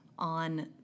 on